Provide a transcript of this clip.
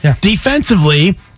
Defensively